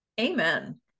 Amen